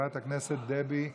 חברת הכנסת דבי ביטון,